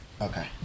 Okay